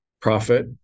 profit